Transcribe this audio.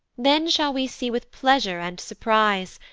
then shall we see with pleasure and surprise,